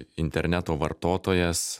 interneto vartotojas